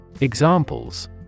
Examples